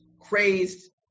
crazed